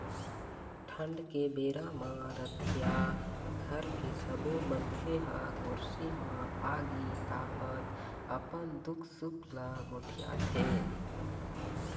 ठंड के बेरा म रतिहा घर के सब्बो मनखे ह गोरसी म आगी तापत अपन दुख सुख ल गोठियाथे